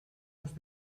els